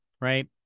right